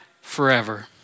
forever